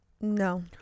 No